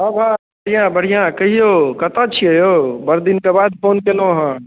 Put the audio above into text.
हॅं भाइ बढ़िआँ बढ़िआँ कहियौ कतऽ छियै यौ बड़ दिन के बाद फोन केलहुॅं हँ